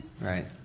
Right